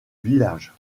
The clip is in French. village